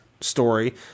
story